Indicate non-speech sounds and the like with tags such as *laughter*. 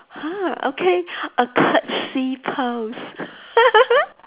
!huh! okay a curtsy pose *laughs*